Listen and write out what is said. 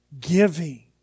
giving